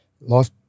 Life